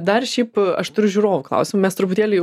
dar šiaip aš turiu žiūrovų klausimą mes truputėlį jau